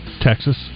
Texas